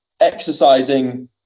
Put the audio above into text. exercising